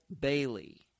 Bailey